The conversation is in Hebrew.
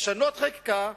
לשנות חקיקה,